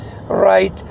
right